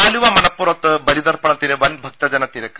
ആലുവ മണപ്പു റത്ത് ബലിതർപ്പണത്തിന് വൻ ഭക്തജനത്തിരക്ക്